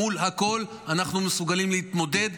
עם הכול אנחנו מסוגלים להתמודד,